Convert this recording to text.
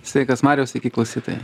sveikas mariau sveiki klausytojai